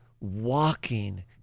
walking